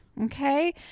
Okay